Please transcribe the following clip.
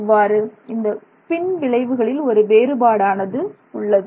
இவ்வாறு இந்த பின் விளைவுகளில் ஒரு வேறுபாடானது உள்ளது